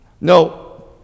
No